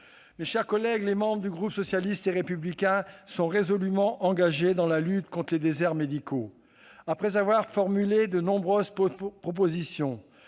Mes chers collègues, les membres du groupe socialiste et républicain sont résolument engagés dans la lutte contre les « déserts médicaux ». Après avoir formulé de nombreuses propositions,